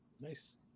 Nice